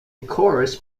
chorus